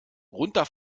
runter